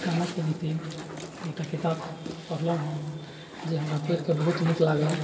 चाणक्य नीति एकटा किताब पढ़लहुँ हम जे हमरा पढ़ि कऽ बहुत नीक लागल